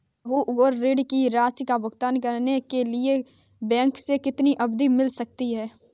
लघु उद्योग ऋण की राशि का भुगतान करने के लिए बैंक से कितनी अवधि मिल सकती है?